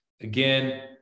again